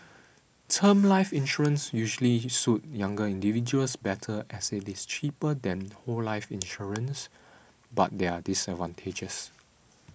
term life insurance usually suit younger individuals better as it is cheaper than whole life insurance but there are disadvantages